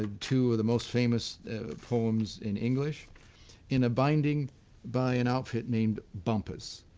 ah two of the most famous poems in english in a binding by an outfit named bumpus.